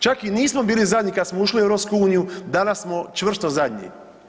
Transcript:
Čak i nismo bili zadnji kad smo ušli u EU, danas smo čvrsto zadnji.